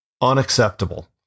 unacceptable